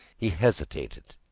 he hesitated,